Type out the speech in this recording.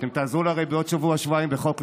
אתם תעזרו לו הרי בעוד שבוע-שבועיים בחוק נוסף,